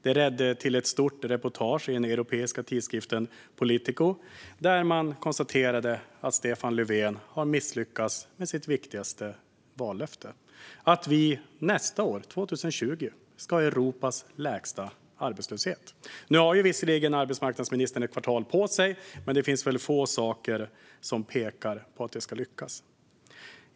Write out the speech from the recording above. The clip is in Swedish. Det ledde till ett stort reportage i den europeiska tidskriften Politico, där man konstaterade att Stefan Löfven har misslyckats med sitt viktigaste vallöfte: att Sverige nästa år, 2020, ska ha Europas lägsta arbetslöshet. Nu har visserligen arbetsmarknadsministern ett kvartal på sig, men det finns väl få saker som pekar på att det ska lyckas.